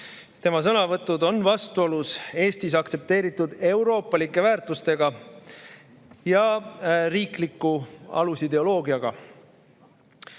Tema sõnavõtud on vastuolus Eestis aktsepteeritud euroopalike väärtustega ja riikliku alusideoloogiaga.